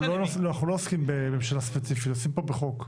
אנחנו לא עוסקים בממשלה ספציפית, עוסקים פה בחוק.